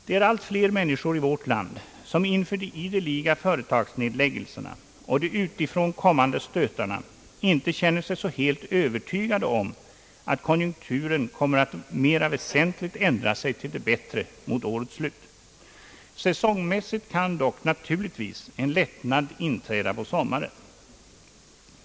Det är allt fler människor i vårt land, som inför de ideliga företagsnedläggelserna och de utifrån kommande stötarna inte känner sig så helt övertygade om att konjunkturen kommer att mera väsentligt ändra sig till det bättre mot årets slut. Säsongmässigt kan dock na turligtvis en lättnad inträda på sommaren.